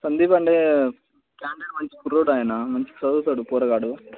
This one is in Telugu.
సందీప్ అంటే కాండీడేట్ మంచిగా కుర్రోడు ఆయన మంచిగా చదువుతాడు పోరగాడు